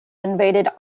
invaded